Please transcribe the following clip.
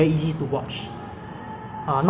like the inception that kind of movie ah very